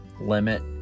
limit